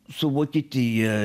su vokietija